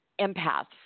empaths